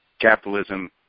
Capitalism